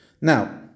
Now